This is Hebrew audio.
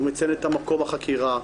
הוא מציין את מקום החקירה,